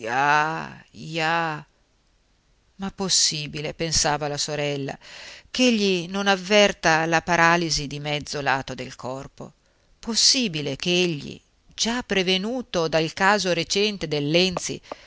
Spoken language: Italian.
ja ma possibile pensava la sorella ch'egli non avverta la paralisi di mezzo lato del corpo possibile c'egli già prevenuto dal caso recente del lenzi